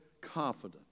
confident